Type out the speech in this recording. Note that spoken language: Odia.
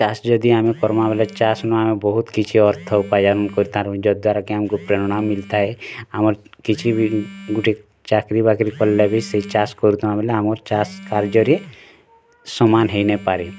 ଚାଷ୍ ଯଦି ଆମେ କରମା ବେଲେ ଚାଷ୍ ନୁ ଆମେ ବହୁତ କିଛି ଅର୍ଥ ଉପାଜନ କରି ଥରୁ ଯ ଦ୍ଵାରା କି ଆମକୁ ପ୍ରେରଣା ମିଳିଥାଏ ଆମର୍ କିଛି ବି ଗୁଟେ ଚାକିରୀ ବାକିରି ପଡ଼ିଲେ ବି ସେଇ ଚାଷ୍ କରୁଥିମା ବୋଲେ ଆମର୍ ଚାଷ୍ କାର୍ଯ୍ୟ ରେ ସମାନ ହେଇ ନ ପାରେ